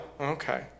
okay